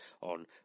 on